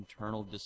internal